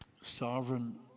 Sovereign